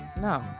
no